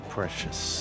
precious